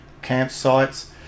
campsites